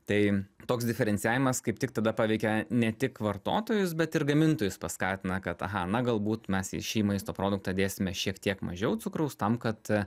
tai toks diferencijavimas kaip tik tada paveikia ne tik vartotojus bet ir gamintojus paskatina kad aha na galbūt mes į šį maisto produktą dėsime šiek tiek mažiau cukraus tam kad